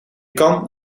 kan